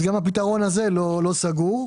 גם הפתרון הזה לא סגור.